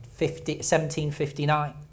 1759